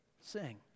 sing